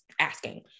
asking